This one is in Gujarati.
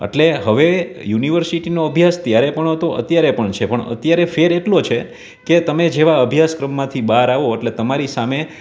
એટલે હવે યુનિવર્સિટીનો અભ્યાસ ત્યારે પણ હતો અત્યારે પણ છે પણ અત્યારે ફેર એટલો છે કે તમે જેવાં અભ્યાસક્રમમાંથી બહાર આવો એટલે તમારી સામે